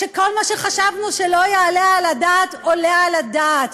כל מה שחשבנו שלא יעלה על הדעת עולה על הדעת.